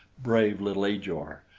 brave little ajor!